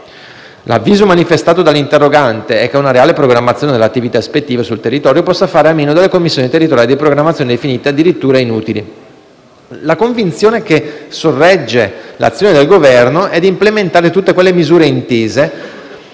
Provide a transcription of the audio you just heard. L'avviso manifestato dall'interrogante è che una reale programmazione dell'attività ispettiva sul territorio possa fare a meno delle commissioni territoriali di programmazione, definite addirittura inutili. La convinzione che sorregge l'azione del Governo è di implementare tutte quelle misure intese